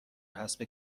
حسب